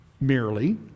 merely